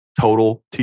total